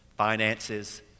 finances